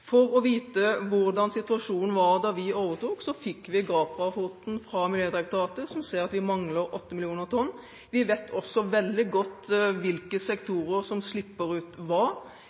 For å vite hvordan situasjonen var da vi overtok fikk vi gap-rapporten fra Miljødirektoratet, som sier at vi mangler 8 millioner tonn. Vi vet også veldig godt hvilke sektorer som slipper ut